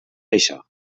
això